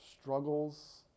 struggles